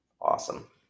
Awesome